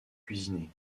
cuisiner